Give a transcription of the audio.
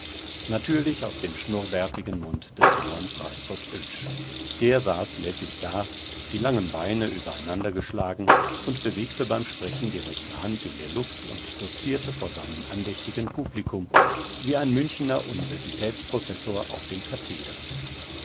natürlich aus dem schnurrbärtigen mund des johann preisgott oetsch der saß lässig da die langen beine übereinander geschlagen und bewegte beim sprechen die rechte hand in der luft und dozierte vor seinem andächtigen publikum wie ein münchener universitäts professor auf dem katheder